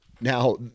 now